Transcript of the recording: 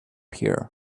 here